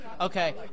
Okay